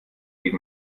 geht